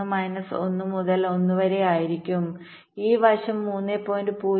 1 minus 1 മുതൽ 1 വരെ ആയിരിക്കും ഈ വശം 3